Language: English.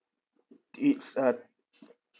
it's uh